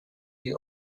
die